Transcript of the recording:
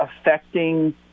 affecting